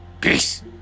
Peace